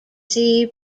see